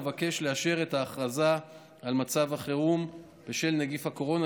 אבקש לאשר את ההכרזה על מצב החירום בשל נגיף הקורונה,